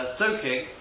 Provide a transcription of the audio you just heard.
soaking